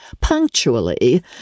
punctually